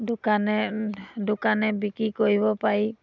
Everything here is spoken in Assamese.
দোকানে দোকানে বিক্ৰী কৰিব পাৰি